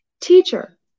Teacher